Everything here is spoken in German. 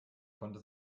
konnte